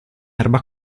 erba